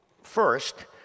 First